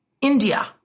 india